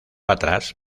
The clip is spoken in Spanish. atrás